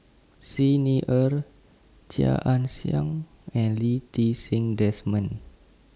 Xi Ni Er Chia Ann Siang and Lee Ti Seng Desmond